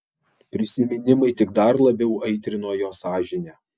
prisiminimai tik dar labiau aitrino jo sąžinę